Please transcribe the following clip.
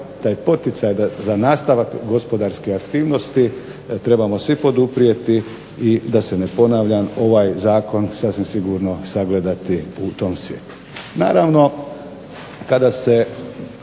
taj poticaj za nastavak gospodarske aktivnosti trebamo svi poduprijeti i da se ne ponavljam ovaj zakon sasvim sigurno sagledati u tom svjetlu. Naravno, kada se